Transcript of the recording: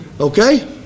Okay